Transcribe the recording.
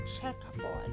checkerboard